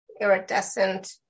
iridescent